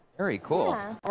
very cool.